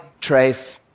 trace